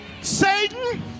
satan